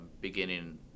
beginning